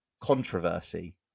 controversy